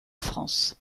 france